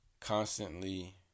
constantly